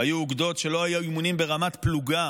היו אוגדות שלא היו בהן אימונים ברמת פלוגה,